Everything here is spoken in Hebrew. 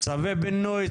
צווי פינוי,